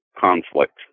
conflict